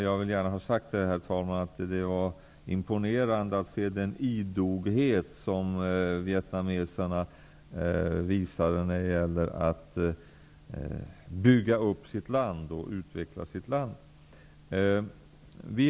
Jag vill gärna ha sagt, herr talman, att det var imponerande att se den idoghet som vietnameserna visar när det gäller att bygga upp och utveckla sitt land.